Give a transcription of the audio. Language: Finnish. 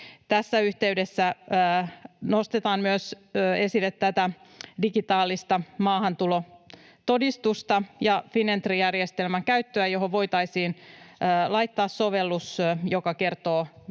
Tässä yhteydessä nostetaan myös esille digitaalista maahantulotodistusta ja Finentry-järjestelmän käyttöä, johon voitaisiin laittaa sovellus, joka kertoo,